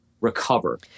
recover